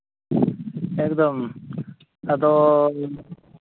ᱮᱠᱫᱚᱢ ᱟᱫᱚ